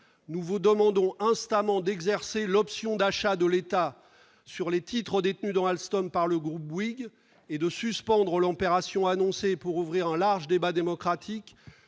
Nous vous demandons instamment d'exercer l'option d'achat de l'État sur les titres détenus dans Alstom par le groupe Bouygues et de suspendre l'opération annoncée pour ouvrir un large débat démocratique